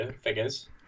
figures